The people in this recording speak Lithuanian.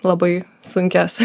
labai sunkias